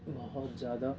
بہت زیادہ